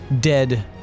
dead